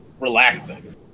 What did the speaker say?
relaxing